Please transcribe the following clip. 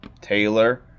Taylor